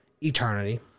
Eternity